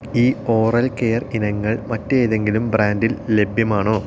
ഈ oral care ഇനങ്ങൾ മറ്റേതെങ്കിലും ബ്രാൻഡിൽ ലഭ്യമാണോ